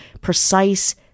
precise